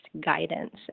guidance